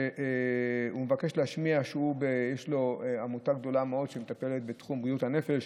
יש לו עמותה גדולה מאוד שמטפלת בתחום בריאות הנפש,